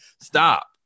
stop